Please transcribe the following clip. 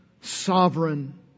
sovereign